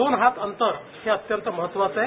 दोन हात अंतर हे अत्यंत महत्वाचे आहे